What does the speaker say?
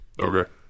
Okay